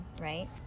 right